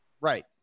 right